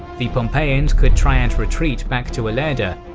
the pompeians could try and retreat back to ilerda,